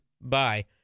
Bye